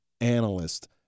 analyst